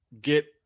get